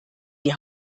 die